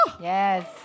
Yes